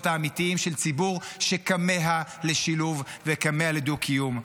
האמיתיים של ציבור שכמה לשילוב ולדו-קיום.